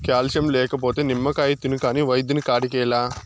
calcium లేకపోతే నిమ్మకాయ తిను కాని వైద్యుని కాడికేలా